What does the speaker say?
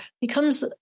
becomes